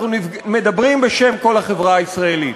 אנחנו מדברים בשם כל החברה הישראלית.